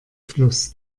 fluss